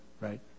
right